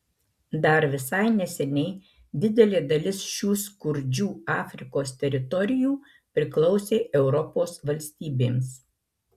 dar visai neseniai didelė dalis šių skurdžių afrikos teritorijų priklausė europos valstybėms